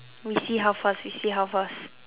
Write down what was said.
we see how first we see how first